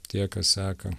tie kas seka